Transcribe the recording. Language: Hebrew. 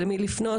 למי לפנות.